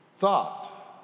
thought